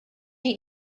you